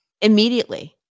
Immediately